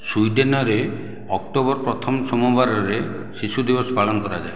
ସ୍ୱିଡେନରେ October ପ୍ରଥମ ସୋମବାରରେ ଶିଶୁ ଦିବସ ପାଳନ କରାଯାଏ